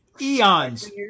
eons